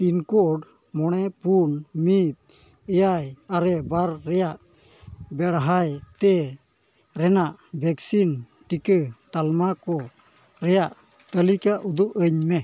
pin code ᱢᱚᱬᱮ ᱯᱩᱱ ᱢᱤᱫ ᱮᱭᱟᱭ ᱟᱨᱮ ᱵᱟᱨ ᱨᱮᱭᱟᱜ ᱵᱮᱲᱦᱟᱭᱛᱮ ᱨᱮᱱᱟᱜ ᱵᱷᱮᱠᱥᱤᱱ ᱴᱤᱠᱟᱹ ᱛᱟᱞᱢᱟ ᱠᱚ ᱨᱮᱭᱟᱜ ᱛᱟᱹᱞᱤᱠᱟ ᱩᱫᱩᱜ ᱟᱹᱧ ᱢᱮ